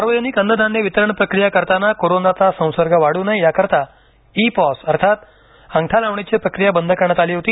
सार्वजनिक अन्नधान्य वितरण प्रक्रिया करताना करोनाचा संसर्ग वाढ्र नये याकरिता ई पॉस अर्थात अंगठा लावण्याची प्रक्रिया बंद करण्यात आली होती